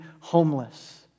homeless